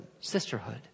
sisterhood